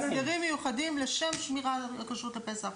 הסדרים מיוחדים לשם שמירה על כשרות הפסח,